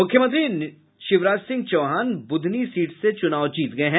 मुख्यमंत्री शिवराज सिंह चौहान बुधनी सीट से चुनाव जीत गए हैं